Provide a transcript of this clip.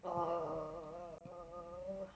err